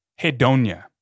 hedonia